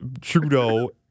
Trudeau